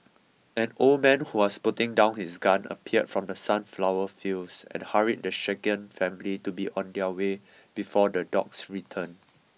an old man who was putting down his gun appeared from the sunflower fields and hurried the shaken family to be on their way before the dogs return